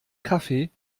kaffee